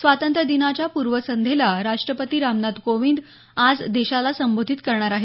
स्वातंत्र्यदिनाच्या पूर्वसंध्येला राष्टपती रामनाथ कोविंद आज देशाला संबोधित करणार आहेत